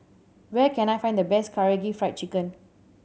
where can I find the best Karaage Fried Chicken